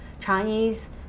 Chinese